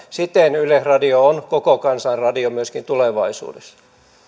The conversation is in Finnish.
siten yleisradio on koko kansan radio myöskin tulevaisuudessa